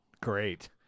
Great